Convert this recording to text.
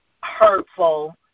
hurtful